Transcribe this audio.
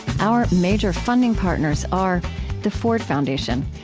our major funding partners are the ford foundation,